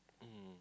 mm